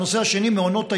הנושא השני, מעונות היום,